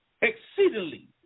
exceedingly